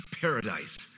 paradise